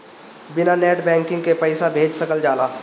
बिना net banking के पईसा भेज सकल जाला?